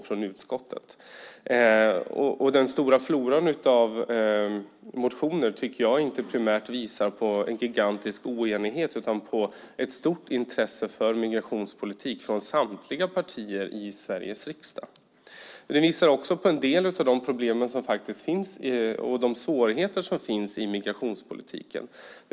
Jag tycker inte att den stora floran av motioner primärt visar på en gigantisk oenighet utan på ett stort intresse för migrationspolitiken hos samtliga partier i Sveriges riksdag. Den visar också på en del av de problem och svårigheter som finns i migrationspolitiken.